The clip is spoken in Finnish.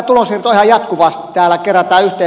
täällä kerätään yhteen pooliin